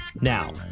Now